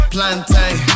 Plantain